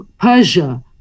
Persia